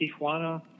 Tijuana